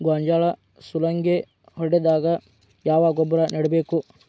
ಗೋಂಜಾಳ ಸುಲಂಗೇ ಹೊಡೆದಾಗ ಯಾವ ಗೊಬ್ಬರ ನೇಡಬೇಕು?